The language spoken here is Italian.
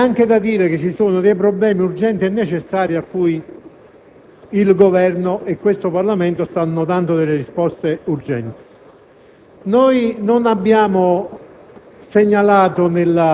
normale procedura legislativa, vi è anche da dire che vi sono problemi urgenti e necessari cui il Governo e questo Parlamento stanno dando risposte urgenti.